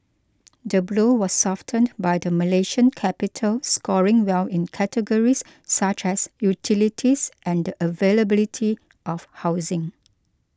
the blow was softened by the Malaysian capital scoring well in categories such as utilities and availability of housing